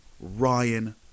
Ryan